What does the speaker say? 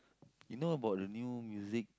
you know about the new music